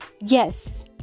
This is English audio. Yes